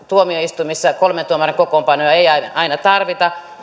tuomioistuimissa kolmen tuomarin kokoonpanoja ei aina tarvita